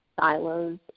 silos